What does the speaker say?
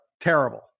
terrible